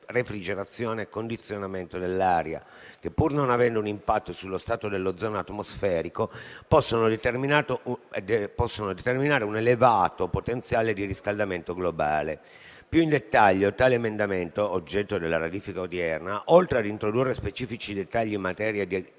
del condizionamento dell'aria che, pur non avendo un impatto sullo strato dell'ozono atmosferico, possono determinare un elevato potenziale di riscaldamento globale. Più in dettaglio, l'emendamento oggetto della ratifica odierna, oltre ad introdurre specifici dettagli in materia di